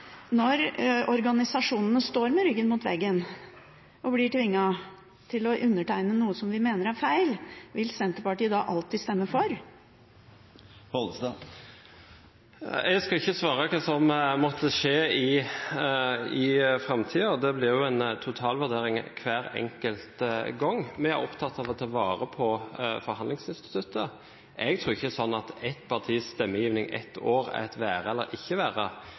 Når organisasjonene står med ryggen mot veggen og blir tvunget til å undertegne noe som de mener er feil, vil Senterpartiet da alltid stemme for? Jeg skal ikke svare på hva som måtte skje i framtida. Det blir en totalvurdering hver enkelt gang. Vi er opptatt av å ta vare på forhandlingsinstituttet. Jeg tror ikke det er sånn at ett partis stemmegivning et år er et være eller ikke være.